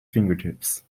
fingertips